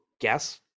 guess